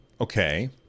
Okay